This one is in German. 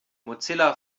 mozilla